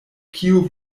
kiu